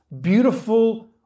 beautiful